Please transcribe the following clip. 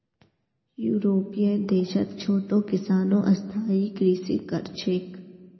यूरोपीय देशत छोटो किसानो स्थायी कृषि कर छेक